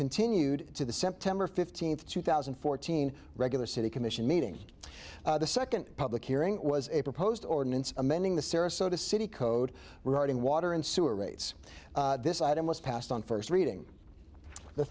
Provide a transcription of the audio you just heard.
continued to the september fifteenth two thousand and fourteen regular city commission meeting the second public hearing was a proposed ordinance amending the sarasota city code regarding water and sewer rates this item was passed on first reading the